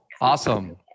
Awesome